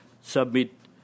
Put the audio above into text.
submit